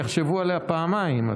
יחשבו עליה פעמיים,